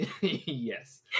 Yes